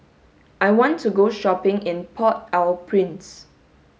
I want to go shopping in Port Au Prince